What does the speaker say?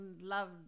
love